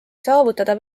saavutada